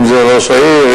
אם ראש העיר,